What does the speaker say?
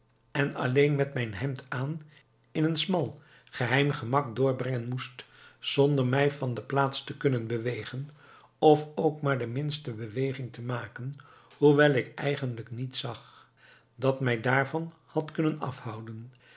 en alleen met mijn hemd aan in een smal geheim gemak doorbrengen moest zonder mij van de plaats te kunnen bewegen of ook maar de minste beweging te maken hoewel ik eigenlijk niets zag dat mij daarvan had kunnen afhouden